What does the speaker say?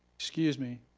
excuse me.